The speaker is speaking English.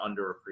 underappreciated